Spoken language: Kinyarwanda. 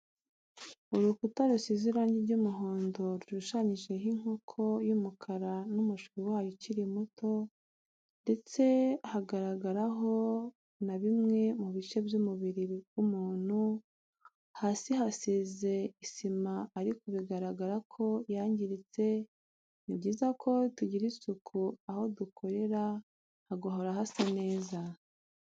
Urukuta rusize irangi ry'umuhondo rushushanyijeho inkoko y'umukara n'umushwi wayo ukiri muto, ndetse hagaragaraho na bimwe mu bice by'umubiri w'umuntu, hasi hasize isima ariko bigaragara ko yangiritse, ni byiza ko tugirira isuku aho dukorera hagahora hasa neza